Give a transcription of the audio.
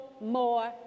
more